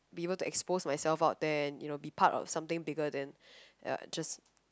be able to expose myself out there and you know be part of something bigger than just